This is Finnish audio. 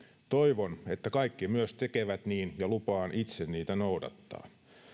toivon että kaikki myös tekevät niin ja lupaan itse niitä noudattaa